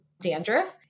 dandruff